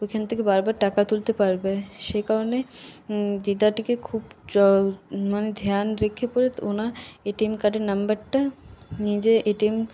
ওইখান থেকে বারবার টাকা তুলতে পারবে সে কারণে দিদাটিকে খুব মানে ধ্যান রেখে পরে ওনার এটিএম কার্ডের নাম্বারটা নিজে এটিএম